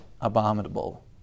abominable